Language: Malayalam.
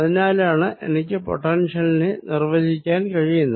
അതിനാലാണ് എനിക്ക് പൊട്ടെൻഷ്യലിനെ നിർവചിക്കാൻ കഴിയുന്നത്